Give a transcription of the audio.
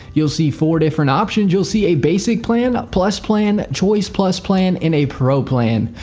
you'll see four different options. you'll see a basic plan, ah plus plan, choice plus plan, and a pro plan.